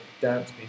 dance